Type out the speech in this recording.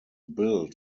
built